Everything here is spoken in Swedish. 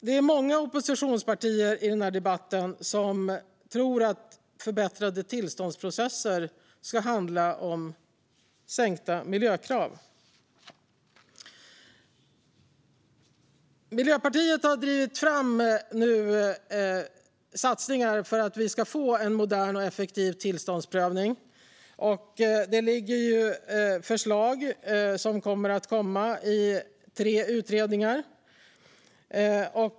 Det är många oppositionspartier i den här debatten som tror att förbättrade tillståndsprocesser ska handla om sänkta miljökrav. Miljöpartiet har nu drivit fram satsningar för att vi ska få en modern och effektiv tillståndsprövning. Det kommer att komma förslag i tre utredningar.